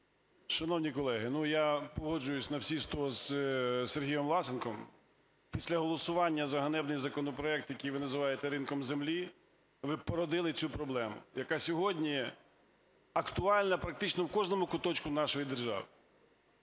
Шановні колеги, ну, я погоджуюся на всі сто з Сергієм Власенком. Після голосування за ганебний законопроект, який ви називаєте "ринком землі", ви породили цю проблему, яка сьогодні актуальна практично в кожному куточку нашої держави.